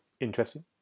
interesting